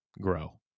grow